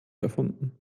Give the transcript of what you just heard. erfunden